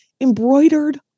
embroidered